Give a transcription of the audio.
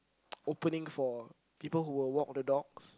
opening for people who will walk the dogs